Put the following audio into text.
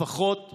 לפחות זה.